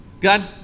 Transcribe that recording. God